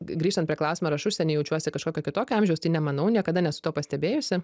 grįžtant prie klausimo ar aš užsieny jaučiuosi kažkokio kitokio amžiaus tai nemanau niekada nesu to pastebėjusi